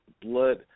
Blood